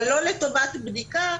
אבל לא לטובת בדיקה,